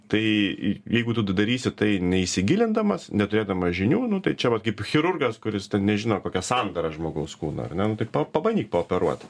tai j jeigu tu d darysi tai neįsigilindamas neturėdamas žinių nu tai čia vat kaip chirurgas kuris ten nežino kokia sandara žmogaus kūno ar ne nu tai pa pabandyk paoperuot